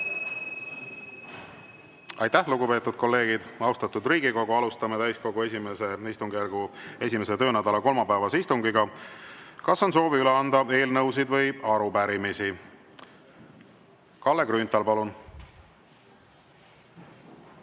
Aitäh, lugupeetud kolleegid! Austatud Riigikogu, alustame täiskogu I istungjärgu 1. töönädala kolmapäevase istungiga. Kas on soovi üle anda eelnõusid või arupärimisi? Kalle Grünthal, palun!